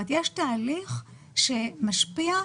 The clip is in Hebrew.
כלומר יש תהליך שמשפיע,